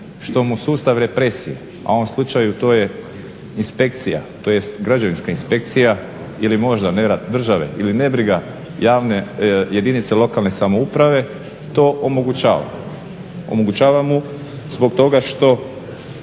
što mu sustav represije a u ovom slučaju to je inspekcija tj. građevinska inspekcija ili možda nerad države ili nebriga javne, jedinica lokale samouprave, to omogućava. Omogućava mu zbog toga što